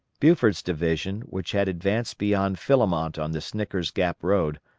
buford's division, which had advanced beyond philemont on the snicker's gap road,